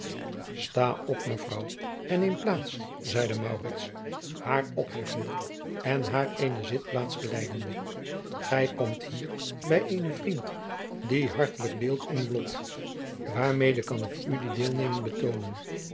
sta op mevrouw en neem plaats zeide maurits haar opheffende en naar eene zitplaats geleidende gij komt hier bij eenen vriend die hartelijk deelt in uw lot waarmede kan ik u die deelneming betoonen